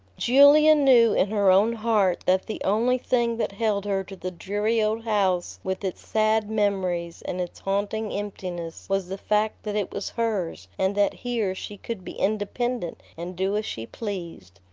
julia knew in her own heart that the only thing that held her to the dreary old house with its sad memories and its haunting emptiness was the fact that it was hers and that here she could be independent and do as she pleased.